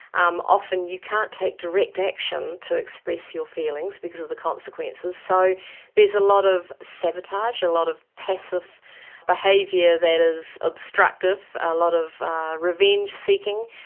um often you can't take direct action to express your feelings because of the consequences, so there's a lot of sabotage, a lot of passive behaviour that is obstructive, a lot of revenge seeking.